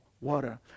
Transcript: water